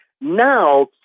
Now